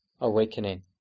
awakening